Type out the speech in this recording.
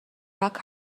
rock